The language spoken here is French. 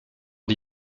d’y